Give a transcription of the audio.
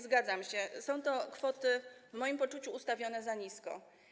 Zgadzam się, są to kwoty w moim poczuciu ustawione za nisko.